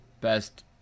best